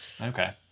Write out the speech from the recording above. Okay